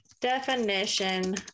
definition